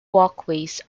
walkways